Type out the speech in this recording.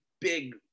big